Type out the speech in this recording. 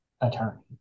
attorney